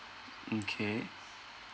mm K